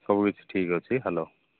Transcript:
ସବୁ କିଛି ଠିକ୍ ଅଛି ହେଲୋ